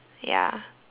ya